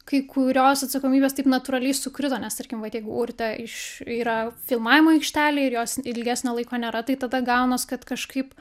kai kurios atsakomybės taip natūraliai sukrito nes tarkim vat jeigu urtė iš yra filmavimo aikštelėj ir jos ilgesnio laiko nėra tai tada gaunas kad kažkaip